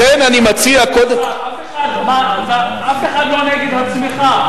אף אחד לא נגד הצמיחה.